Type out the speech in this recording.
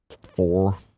four